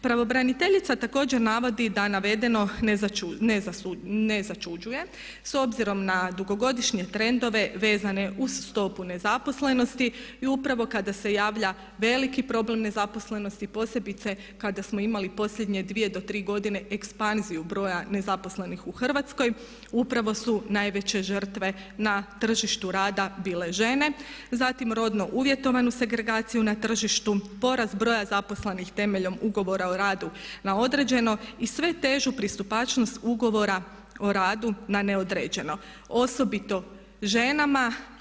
Pravobraniteljica također navodi da navedeno na začuđuje s obzirom na dugogodišnje trendove vezane uz stopu nezaposlenosti i upravo kada se javlja veliki problem nezaposlenosti posebice kada samo imali posljednje dvije do tri godine ekspanziju broja nezaposlenih u Hrvatskoj upravo su najveće žrtve na tržištu rada bile žene, zatim rodno uvjetovanu segregaciju na tržištu, porast broja zaposlenih temeljem ugovora o radu na određeno i sve težu pristupačnost ugovora o radu na neodređeno osobito ženama.